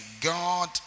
God